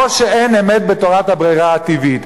או שאין אמת בתורת הברירה הטבעית".